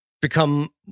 become